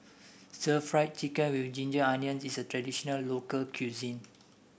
Stir Fried Chicken with Ginger Onions is a traditional local cuisine